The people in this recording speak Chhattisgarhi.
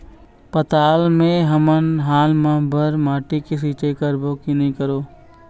पताल मे हमन हाल मा बर माटी से सिचाई करबो की नई करों?